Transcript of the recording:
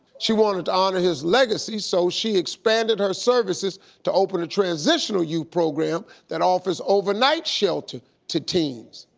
she wanted to honor his legacy, so she expanded her services to open a transitional youth program that offers overnight shelter to teens.